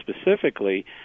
specifically